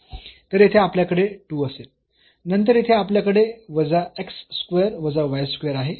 तर येथे आपल्याकडे 2 असेल नंतर येथे आपल्याकडे वजा x स्क्वेअर वजा y स्क्वेअर आहे होय